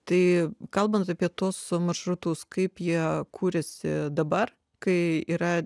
tai kalbant apie tuos maršrutus kaip jie kūrėsi dabar kai yra